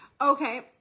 Okay